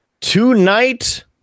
tonight